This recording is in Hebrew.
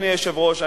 אדוני היושב-ראש,